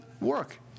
work